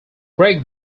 gregg